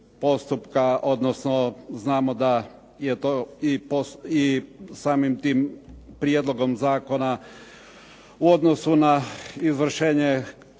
postupka, odnosno znamo da je to i samim tim prijedlogom zakona u odnosu na izvršenje